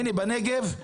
הנה, בנגב,